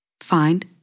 Find